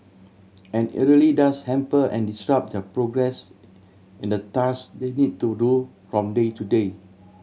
and it really does hamper and disrupt their progress in the task they need to do from day to day